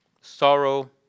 sorrow